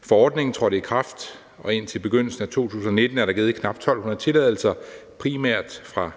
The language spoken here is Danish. Fra ordningen er trådt i kraft og indtil begyndelsen af 2019, er der givet knap 1.200 tilladelser. Primært er